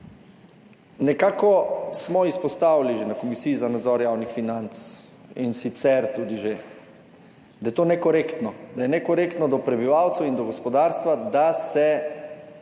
Nekako smo izpostavili že na Komisiji za nadzor javnih financ in tudi že sicer, da je to nekorektno, da je nekorektno do prebivalcev in do gospodarstva, da se